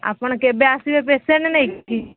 ଆପଣ କେବେ ଆସିବେ ପେସେଣ୍ଟ୍ ନେଇ କିି